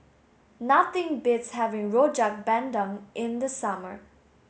nothing beats having Rojak Bandung in the summer